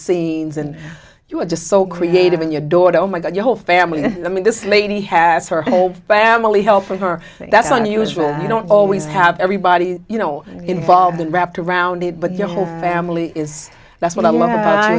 scenes and you're just so creative in your daughter oh my god your whole family i mean this lady has her whole family help for her that's unusual i don't always have everybody you know involved wrapped around it but the whole family is that's what i'm